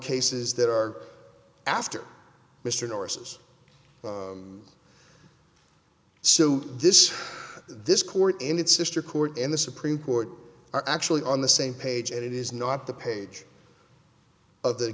cases that are after mr norris's so this this court and its sister court and the supreme court are actually on the same page and it is not the page of the